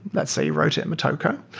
let's say you wrote it in motoko.